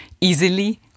easily